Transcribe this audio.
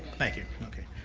thank you, okay,